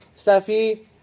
Steffi